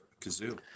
kazoo